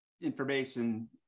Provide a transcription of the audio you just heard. information